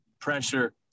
pressure